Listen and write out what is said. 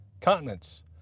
continents